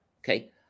okay